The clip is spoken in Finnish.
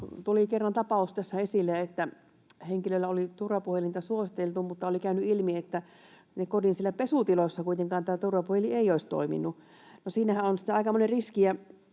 tuli kerran tässä esille tapaus, että henkilölle oli turvapuhelinta suositeltu, mutta oli käynyt ilmi, että kodin pesutiloissa kuitenkaan tämä turvapuhelin ei olisi toiminut. No, siinähän on sitten aikamoinen riski,